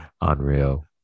unreal